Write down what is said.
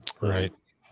Right